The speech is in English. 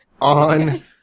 on